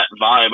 vibe